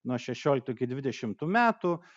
nuo šešioliktų iki dvidešimtų metų